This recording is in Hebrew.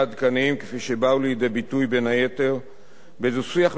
כפי שבאו לידי ביטוי בין היתר בדו-שיח מתמשך בין